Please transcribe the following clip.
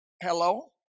hello